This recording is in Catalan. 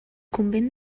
convent